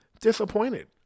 disappointed